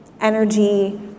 energy